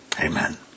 amen